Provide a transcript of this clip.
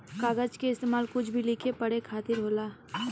कागज के इस्तेमाल कुछ भी लिखे पढ़े खातिर होला